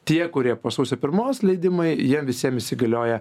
tie kurie po sausio pirmos leidimai jiem visiem įsigalioja